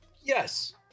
Yes